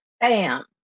Bam